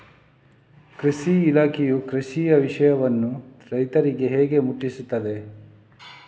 ಕೃಷಿ ಇಲಾಖೆಯು ಕೃಷಿಯ ವಿಷಯವನ್ನು ರೈತರಿಗೆ ಹೇಗೆ ಮುಟ್ಟಿಸ್ತದೆ?